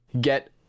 get